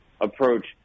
approach